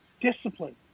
discipline